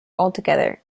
altogether